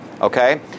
Okay